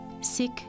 sick